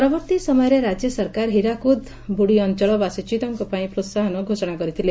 ପରବର୍ଭୀ ସମୟରେ ରାଜ୍ୟ ସରକାର ହୀରାକୁଦ୍ ବୁଡ଼ି ଅଞ୍ଞଳ ବାସଚ୍ୟତଙ୍କ ପାଇଁ ପ୍ରୋହାହନ ଘୋଷଣା କରିଥିଲେ